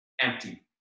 empty